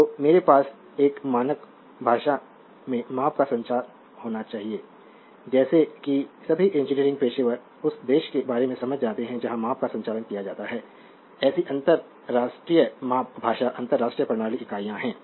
तो मेरे पास एक मानक भाषा में माप का संचार होना चाहिए जैसे कि सभी इंजीनियरिंग पेशेवर उस देश के बारे में समझ सकते हैं जहां माप का संचालन किया जाता है ऐसी अंतर्राष्ट्रीय माप भाषा अंतर्राष्ट्रीय प्रणाली इकाइयां हैं